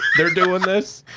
they're doing this?